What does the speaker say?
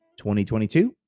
2022